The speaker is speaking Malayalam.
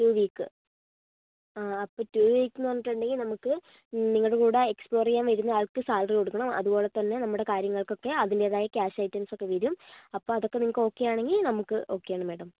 ടു വീക്ക് ആ അപ്പോൾ ടു വീക്കെന്ന് പറഞ്ഞിട്ടുണ്ടെങ്കിൽ നമുക്ക് നിങ്ങളുടെ കൂടെ എക്സ്പ്ലോർ ചെയ്യാൻ വരുന്ന ആൾക്ക് സാലറി കൊടുക്കണം അതുപോലെതന്നെ നമ്മുടെ കാര്യങ്ങൾക്കൊക്കെ അതിൻ്റേതായ ക്യാഷ് ഐറ്റംസൊക്കെ വരും അപ്പോൾ അതൊക്കെ നിങ്ങൾക്ക് ഓക്കെയാണെങ്കിൽ നമുക്ക് ഒക്കെയാണ് മേഡം